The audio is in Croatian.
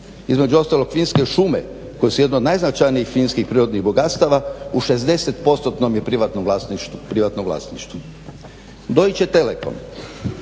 Između ostalog finske šume koje su jedne od najznačajnijih prirodnih bogatstava u 60%-tnom je privatnom vlasništvu. Deutsche Telekom,